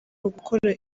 gukora